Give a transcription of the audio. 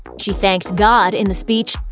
she thanked god in the speech,